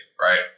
Right